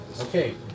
Okay